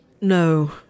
no